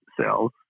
cells